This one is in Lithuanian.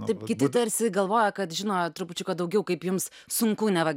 taip kiti tarsi galvoja kad žino trupučiuką daugiau kaip jums sunku neva